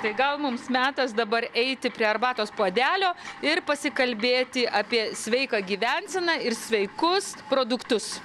tai gal mums metas dabar eiti prie arbatos puodelio ir pasikalbėti apie sveiką gyvenseną ir sveikus produktus